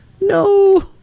No